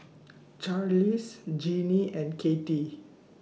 Charlize Jinnie and Cathy